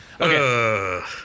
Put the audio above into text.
Okay